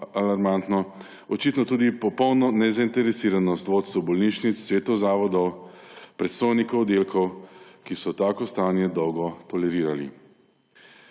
alarmantno, očitno tudi popolno nezainteresiranost vodstev bolnišnic, svetov zavodov, predstojnikov oddelkov, ki so tako stanje dolgo tolerirali.